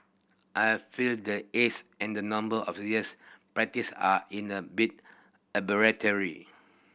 I feel that age and the number of years practice are in a bit arbitrary